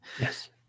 Yes